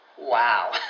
Wow